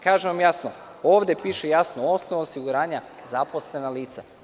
Kažem vam jasno, ovde piše: osnov osiguranja - zaposlena lica.